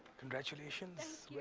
congratulations